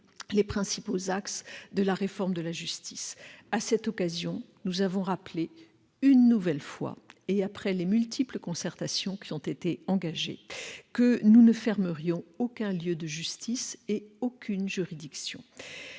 les principaux axes de la réforme de la justice : à cette occasion, nous avons rappelé, une nouvelle fois et après les multiples concertations qui ont été engagées, que nous ne fermerions aucun lieu de justice ni aucune juridiction.